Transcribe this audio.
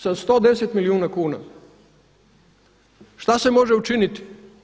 Sa 110 milijuna kuna što se može učiniti?